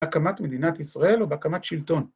‫הקמת מדינת ישראל ובהקמת שלטון.